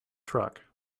truck